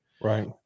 Right